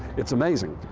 it's amazing.